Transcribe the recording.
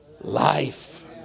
life